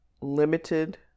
limited